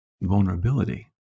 vulnerability